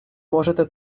можете